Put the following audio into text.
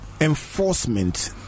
enforcement